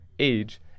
age